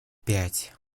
пять